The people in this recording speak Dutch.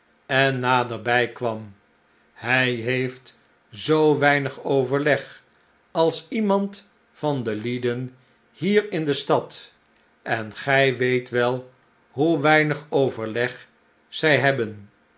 en naderbij kwam hi heeft zoo weinig overleg als iemand van de lieden hier in de stad en gij weet wel hoe weinig overleg zij hebben